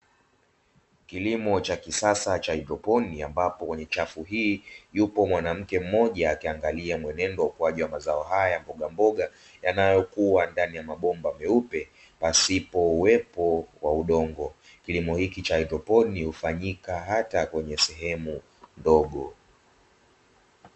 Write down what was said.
Kilimo cha kisasa cha haidroponi ambapo kwenye chafu hii yupo mwanamke mmoja, akiangalia mwenendo wa ukuaji wa mazao hayo ya mbogamboga yanayokua ndani ya mabomba meupe pasipo uwepo wa udongo, kilimo hichi cha haidroponi hufanyika hata kwenye sehemu ndogo.